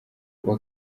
uwa